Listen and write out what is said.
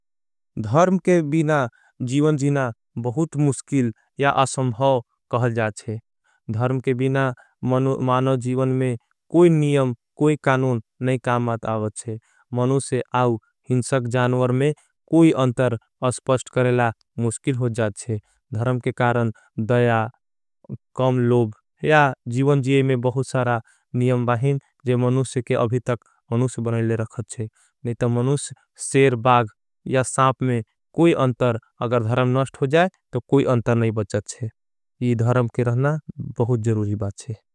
धर्म के बीना जीवन जीना बहुत मुष्किल या असंभव कहल जाच्छे। धर्म के बीना मानो जीवन में कोई नियम कई कानोन नहीं कामात। आवच्छे मनुसे आउ हिंसक जानवर में कोई अंतर अस्पस्ट करेला। मुष्किल हो जाच्छे धर्म के कारण दया कॉम लोब या जीवन जीए में। बहुत सारा नियम बाहिन जो मनुसे के अभी तक मनुस बनैले रखत। छेनहीं तो मनुस सेर बाग या सांप में कोई अंतर अगर धर्म नस्ट हो जाए। तो कोई अंतर नहीं बचचचे ये धर्म के रहना बहुत जरूरी बात छे।